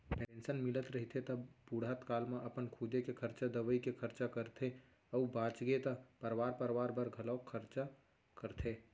pension मिलत रहिथे त बुड़हत काल म अपन खुदे के खरचा, दवई के खरचा करथे अउ बाचगे त परवार परवार बर घलोक खरचा करथे